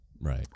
Right